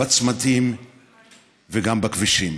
בצמתים וגם בכבישים.